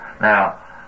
Now